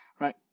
right